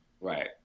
Right